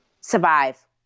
survive